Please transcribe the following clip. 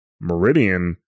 meridian